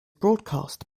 broadcast